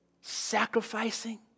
sacrificing